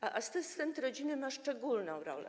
Asystent rodziny ma szczególną rolę.